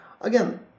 again